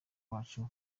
wacu